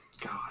God